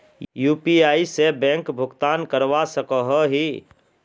UPI से bank भुगतान करवा सकोहो ही?